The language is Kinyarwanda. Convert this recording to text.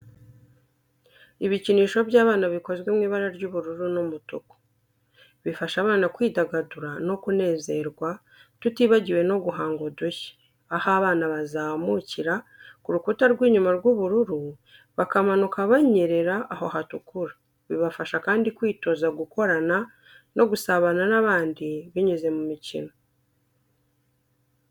Ibikinisho by'abana bikoze mu ibara ry'ubururu n'umutuku. Bifasha abana kwidagadura no kunezerwa tutibagiwe no guhanga udushya, aho abana bazamukira ku rukuta rw'inyuma rw'ubururu bakamanuka banyerera aho hatukura. Bibafasha kandi kwitoza gukorana no gusabana n’abandi binyuze mu mikino.